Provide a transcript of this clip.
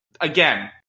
again